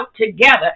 together